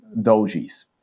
dojis